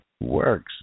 works